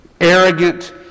arrogant